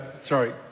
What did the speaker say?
Sorry